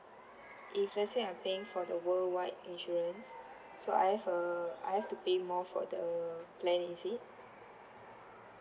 if let's say I'm paying for the worldwide insurance so I have uh I have to pay more for the plan is it